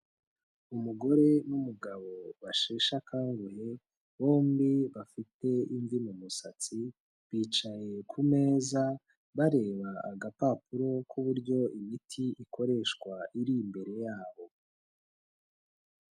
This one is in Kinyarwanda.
Umugore n'umugabo basheshekanguhe, bombi bafite imvi mu musatsi, bicaye ku meza bareba agapapuro k'uburyo imiti ikoreshwa iri imbere yabo.